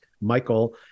Michael